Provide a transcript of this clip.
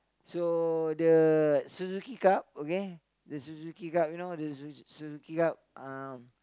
so the Suzuki-Cup okay the Suzuki-Cup you know the Suzu~ Suzuki-Cup um